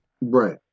Right